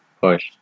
push